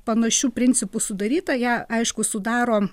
panašiu principu sudaryta ją aišku sudaro